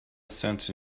sense